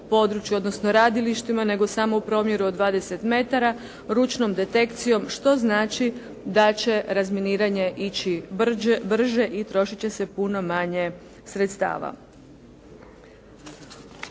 odnosno radilištima, nego samo u promjeru od 20 metara, ručnom detekcijom, što znači da će razminiranje ići brže i trošit će se puno manje sredstava.